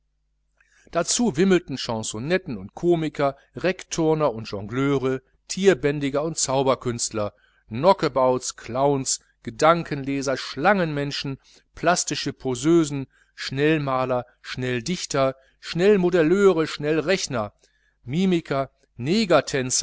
dazu wimmelten chansonetten und komiker reckturner und jongleure tierbändiger und zauberkünstler knockabouts clowns gedankenleser schlangenmenschen plastische poseusen schnellmaler schnelldichter schnellmodelleure schnellrechner